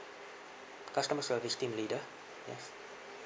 customer service team leader yes